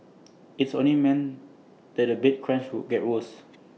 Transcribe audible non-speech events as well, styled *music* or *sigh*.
*noise* IT only man that the bed crunch would get worse *noise*